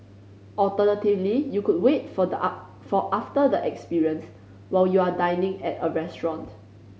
alternatively you could wait for for after the experience while you are dining at a restaurant